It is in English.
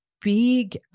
big